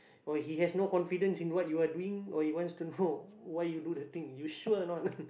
or he has no confidence in what you are doing or he wants to know why you do the thing you sure or not